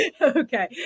Okay